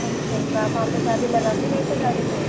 अच्छा तो आप वहाँ पर चाबी लगा के गए थे गाड़ी पर